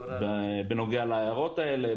בנוגע להערות האלה,